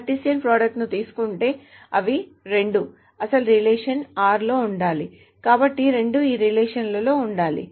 Cartesian product ని తీసుకుంటే అవి రెండూ అసలు రిలేషన్ r లో ఉండాలి కాబట్టి రెండూ ఈ రిలేషన్ r లో ఉండాలి